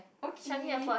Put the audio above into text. okie